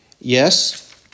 Yes